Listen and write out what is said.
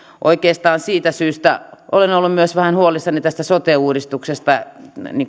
oikeastaan siitä syystä olen ollut myös vähän huolissani tästä sote uudistuksesta